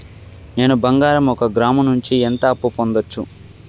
నేను బంగారం ఒక గ్రాము నుంచి ఎంత అప్పు పొందొచ్చు